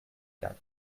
quatre